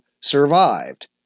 survived